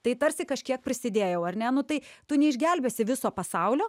tai tarsi kažkiek prisidėjau ar ne nu tai tu neišgelbėsi viso pasaulio